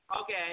Okay